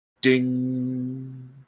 ding